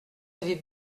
avez